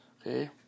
okay